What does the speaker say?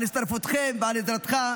על הצטרפותכם ועל עזרתך,